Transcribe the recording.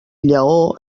lleó